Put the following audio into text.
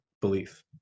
belief